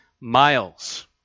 miles